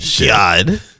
God